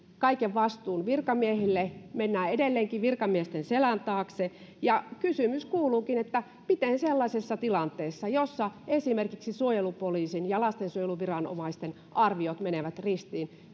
kaiken vastuun virkamiehille mennään edelleenkin virkamiesten selän taakse kysymys kuuluukin kenen arviota sellaisessa tilanteessa jossa esimerkiksi suojelupoliisin ja lastensuojeluviranomaisten arviot menevät ristiin